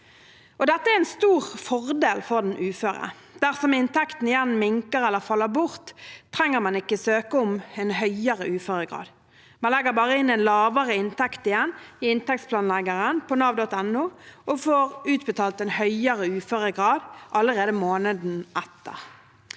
Dette er en stor fordel for den uføre. Dersom inntekten igjen minker eller faller bort, trenger man ikke søke om en høyere uføregrad. Man legger bare inn en lavere inntekt igjen i inntektsplanleggeren på nav.no og får utbetalt en høyere uføretrygd allerede måneden etter.